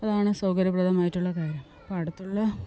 അതാണ് സൗകര്യപ്രദമായിട്ടുള്ള കാര്യം അപ്പോള് അടുത്തുള്ള